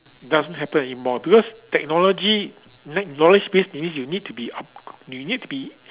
it doesn't happen anymore because technology in fact knowledge based that means you need to be up~ you need to be